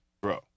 Bro